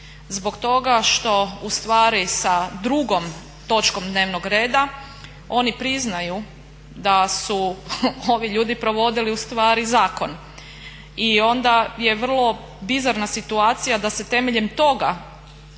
zbog toga što ustvari sa drugom točkom dnevnog reda oni priznaju da su ovi ljudi provodili ustvari zakon. I onda je vrlo bizarna situacija da se temeljem toga